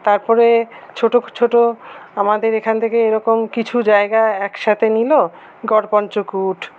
তারপরে ছোটো ছোটো আমাদের এখান থেকে এরকম কিছু জায়গা একসাথে নিল গড়পঞ্চকুট